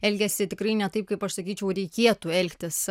elgėsi tikrai ne taip kaip aš sakyčiau reikėtų elgtis